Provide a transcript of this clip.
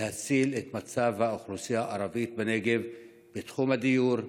להציל את מצב האוכלוסייה הערבית בנגב בתחום הדיור,